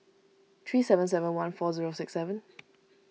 three seven seven one four zero six seven